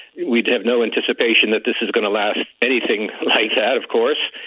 we'd have no anticipation that this is going to last anything like that, of course.